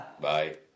bye